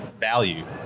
value